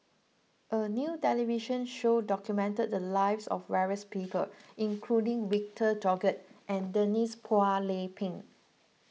a new television show documented the lives of various people including Victor Doggett and Denise Phua Lay Peng